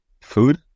food